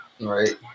Right